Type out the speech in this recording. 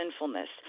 sinfulness